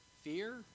fear